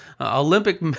Olympic